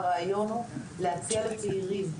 הרעיון הוא להציע לצעירים,